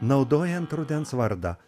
naudojant rudens vardą